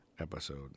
episode